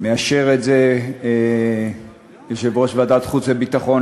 מאשר את זה יושב-ראש ועדת החוץ והביטחון.